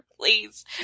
please